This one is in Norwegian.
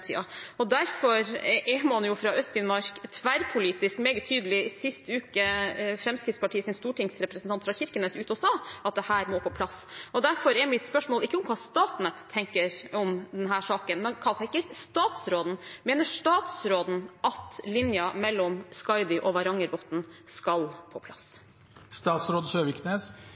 Derfor er man fra Øst-Finnmark tverrpolitisk meget tydelig. Sist uke gikk Fremskrittspartiets stortingsrepresentant fra Kirkenes ut og sa at dette må på plass. Derfor er mitt spørsmål ikke hva Statnett tenker om denne saken, men hva tenker statsråden? Mener statsråden at linjen mellom Skaidi og Varangerbotn skal på